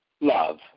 love